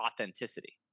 authenticity